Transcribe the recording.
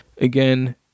Again